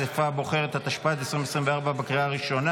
הראשיים לישראל ושל חברי מועצת הרבנות הראשית לישראל והוראות